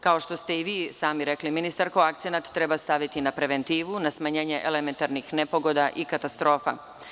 Kao što ste i vi sami rekli ministarko, akcenat treba staviti na preventivu, na smanjenje elementarnih nepogoda i katastrofa.